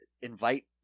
invite